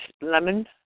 lemon